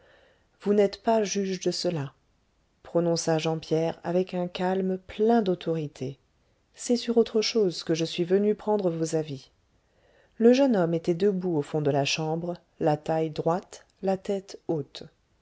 vous n'êtes pas juge de cela prononça jean pierre avec un calme plein d'autorité c'est sur autre chose que je suis venu prendre vos avis le jeune homme était debout au fond de la chambre la taille droite la tête haute